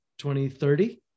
2030